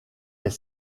est